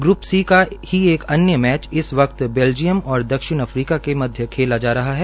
group C का ही एक अन्य इस वक्त बैल्जियम और दक्षिण अफ्रीका के मध्य खेला जा रहा है